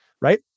right